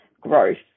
growth